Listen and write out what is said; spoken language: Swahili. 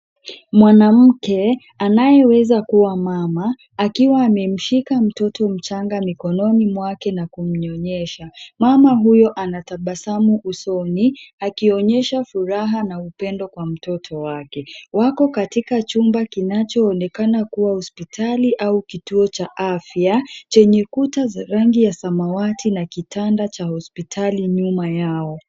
Mwanamke anayeweza kuwa mama, akiwa amemshika mtoto mchanga mikononi mwake na kumnyonyesha. Mama huyo anatabasamu usoni, akionyesha furaha na upendo kwa mtoto wake. Wako katika chumba kinachoonekana kuwa hospitali au kituo cha afya, chenye kuta za rangi ya samawati na kitanda cha hospitali nyuma yao.